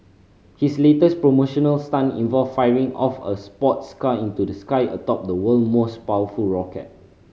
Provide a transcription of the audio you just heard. his latest promotional stunt involved firing off a sports car into the sky atop the world most powerful rocket